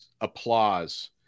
applause